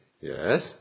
Yes